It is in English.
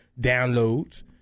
downloads